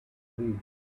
read